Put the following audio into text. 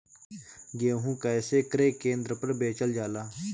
गेहू कैसे क्रय केन्द्र पर बेचल जाला?